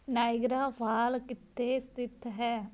Niagara fall ਕਿੱਥੇ ਸਥਿਤ ਹੈ